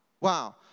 Wow